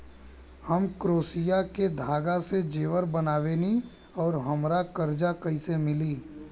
हम क्रोशिया के धागा से जेवर बनावेनी और हमरा कर्जा कइसे मिली?